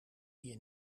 hier